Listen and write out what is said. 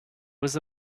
was